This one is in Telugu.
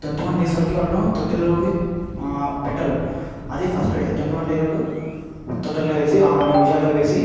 ట్వెంటీ వన్ డేస్ వరుకు వాళ్ళని తొట్టెలోకి పెట్టరు అదే ఫస్ట్ ట్వెంటీ వన్ డే రోజు తొట్టెల్లో వేసి ఆ నిమిషాల్లో వేసి